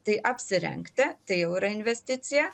tai apsirengti tai jau yra investicija